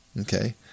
Okay